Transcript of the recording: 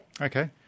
Okay